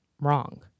wrong